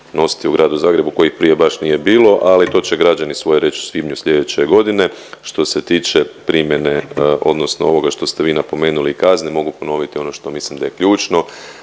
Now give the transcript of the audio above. nositi u gradu Zagrebu kojih prije baš nije bilo. Ali to će građani svoje reći u svibnju sljedeće godine. Što se tiče primjene, odnosno ovoga što ste vi napomenuli kazne mogu ponoviti ono što mislim da je ključno